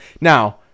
Now